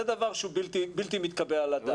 זה דבר שהוא בלתי מתקבל על הדעת.